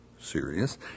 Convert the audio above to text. Serious